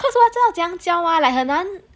cause 我要知道怎样教 mah like 很难